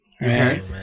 right